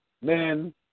Men